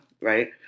right